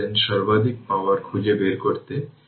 সুতরাং 222 বাই 4 9 সুতরাং 1344 ওয়াট এটি হল pLmax